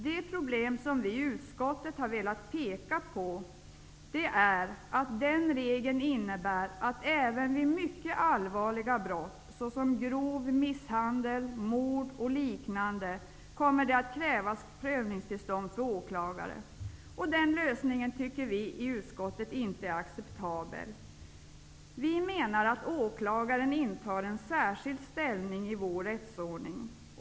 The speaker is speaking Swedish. Det problem som vi i utskottet har velat peka på är att den regeln innebär att det även vid mycket allvarliga brott såsom grov misshandel, mord och liknande kommer att krävas prövningstillstånd för åklagare. Den lösningen tycker vi i utskottet inte är acceptabel. Vi menar att åklagaren intar en särskild ställning i vår rättsordning.